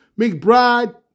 McBride